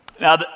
Now